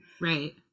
Right